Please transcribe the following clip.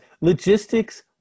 logistics